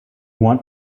want